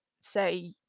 say